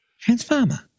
Transformer